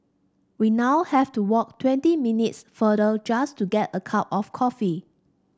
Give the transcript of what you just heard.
we now have to walk twenty minutes farther just to get a cup of coffee